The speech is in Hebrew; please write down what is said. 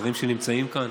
השרים שנמצאים כאן,